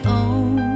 own